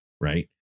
Right